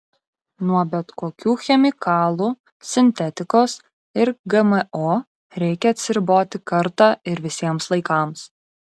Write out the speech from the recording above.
nuo bet kokių chemikalų sintetikos ir gmo reikia atsiriboti kartą ir visiems laikams